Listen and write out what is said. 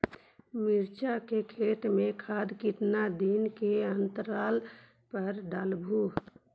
मिरचा के खेत मे खाद कितना दीन के अनतराल पर डालेबु?